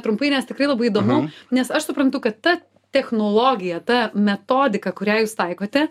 trumpai nes tikrai labai įdomu nes aš suprantu kad ta technologija ta metodika kurią jūs taikote